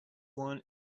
one